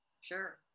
sure